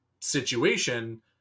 situation